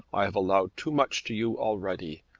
i have allowed too much to you already.